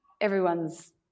everyone's